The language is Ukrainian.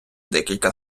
декілька